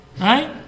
Right